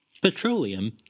Petroleum